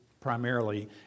primarily